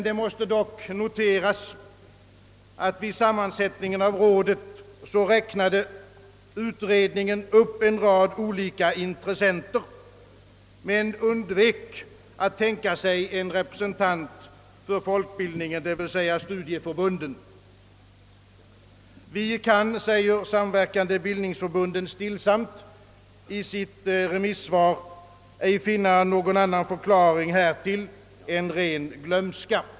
Det måste dock noteras, att vid sammansättningen av rådet räknade utredningen upp en rad olika intressenter men undvek att tänka sig en representant för folkbildningen, d. v. s. studieförbunden. Vi kan, säger Samverkande bildningsförbunden stillsamt i sitt remissvar, ej finna någon annan förklaring härtill än ren glömska.